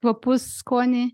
kvapus skonį